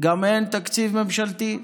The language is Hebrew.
גם אין תקציב ממשלתי,